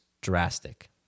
Drastic